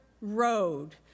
road